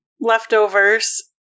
leftovers